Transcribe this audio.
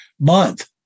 month